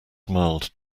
smiled